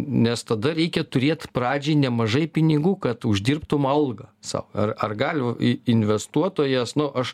nes tada reikia turėt pradžiai nemažai pinigų kad uždirbtum algą sau ar ar gali in investuotojas nu aš